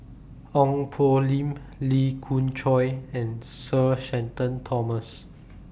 Ong Poh Lim Lee Khoon Choy and Sir Shenton Thomas